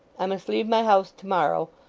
i must leave my house to-morrow,